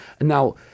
Now